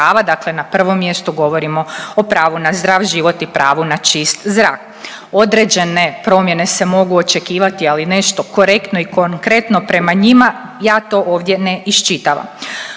dakle na 1. mjestu govorimo o pravu na zdrav život i pravu na čist zrak. Određene promjene se mogu očekivati ali nešto korektno i konkretno prema njima, ja to ovdje ne iščitavam.